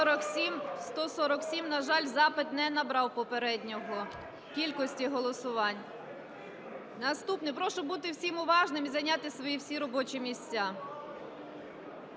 За-147 На жаль, запит на набрав попередньої кількості голосувань. Наступний. Прошу бути всім уважним і зайняти свої всі робочі місця.